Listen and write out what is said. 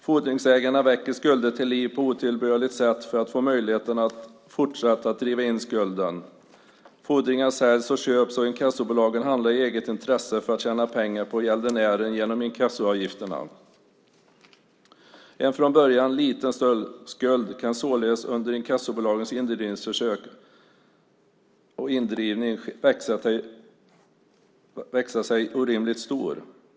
Fordringsägarna väcker skulder till liv på otillbörligt sätt för att få möjlighet att fortsätta att driva in skulden. Fordringar säljs och köps, och inkassobolagen handlar i eget intresse för att tjäna pengar på gäldenären genom inkassoavgifterna. En från början liten skuld kan således under inkassobolagens indrivningsförsök växa sig orimligt stor.